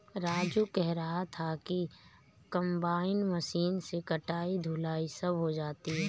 राजू कह रहा था कि कंबाइन मशीन से कटाई धुलाई सब हो जाती है